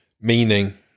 meaning